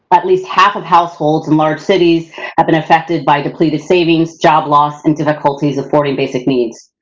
at least half of households in large cities have been affected by depleted savings, job loss and difficulties affording basic needs.